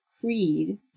creed